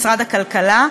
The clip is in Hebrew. משרד הכלכלה,